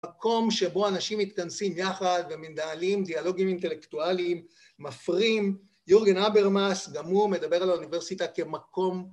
‫מקום שבו אנשים מתכנסים יחד ‫ומנהלים דיאלוגים אינטלקטואליים מפרים. ‫יורגן אברמאס, גם הוא, ‫מדבר על האוניברסיטה כמקום...